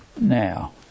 now